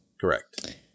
Correct